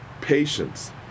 patience